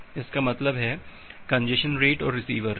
इसका मतलब है कंजेशन रेट और रिसीवर रेट